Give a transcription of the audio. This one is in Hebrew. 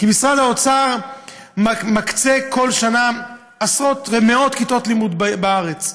כי משרד האוצר מקצה כל שנה עשרות ומאות כיתות לימוד בארץ,